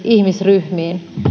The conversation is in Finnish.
ihmisryhmiin